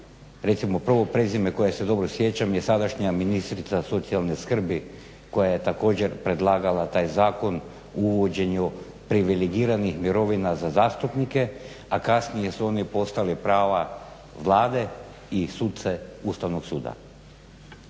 recimo prvo prezime koje se dobro sjećam je sadašnja ministrica socijalne skrbi koja je također predlagala taj Zakon o uvođenju privilegiranih mirovina za zastupnike, a kasnije su oni postali prava Vlade i suce Ustavnog suda.